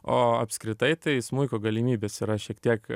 o apskritai tai smuiko galimybės yra šiek tiek